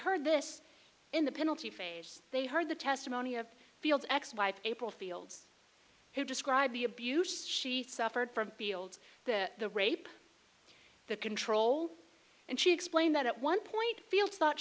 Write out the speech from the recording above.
heard this in the penalty phase they heard the testimony of fields ex wife april fields who described the abuse she suffered from fields the rape the control and she explained that at one point fields thought